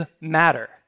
matter